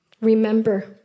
remember